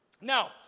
Now